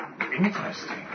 Interesting